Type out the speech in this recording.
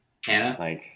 Hannah